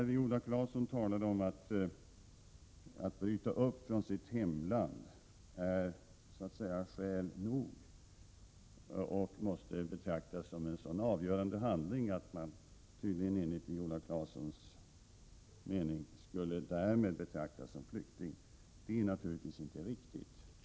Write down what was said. Viola Claesson talar om att bryta upp från sitt hemland och menar tydligen att detta måste betraktas som en så avgörande handling att personen därmed skall betraktas som flykting. Det är naturligtvis inte riktigt.